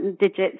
digits